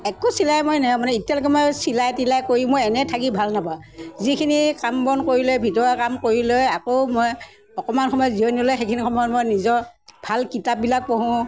একো চিলাই মই নেৰোঁ মানে এতিয়ালৈকে মই চিলাই তিলাই কৰি মই এনেই থাকি ভাল নাপাওঁ যিখিনি কাম বন কৰিলে ভিতৰ কাম কৰিলৈ আকৌ মই অকমান সময় জিৰণি ল'লে সেইখিনি সময়ত মই নিজৰ ভাল কিতাপবিলাক পঢ়োঁ